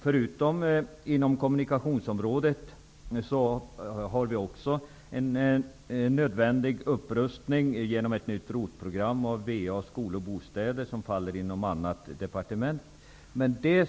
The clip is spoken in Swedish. Förutom inom kommunikationsområdet har vi, genom ett nytt ROT-program, en nödvändig upprustning av VA, skolor och bostäder på gång, vilket faller inom annat departement.